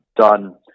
done